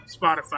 Spotify